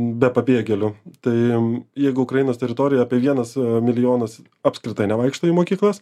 be pabėgėlių tai jeigu ukrainos teritorijoje apie vienas milijonas apskritai nevaikšto į mokyklas